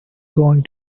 going